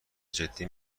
جدی